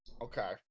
okay